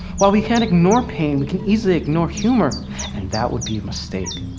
while we can't ignore pain, we can easily ignore humor, and that would be a mistake.